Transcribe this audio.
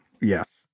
Yes